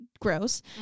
Gross